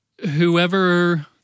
Whoever